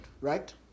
right